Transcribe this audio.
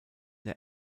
der